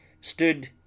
stood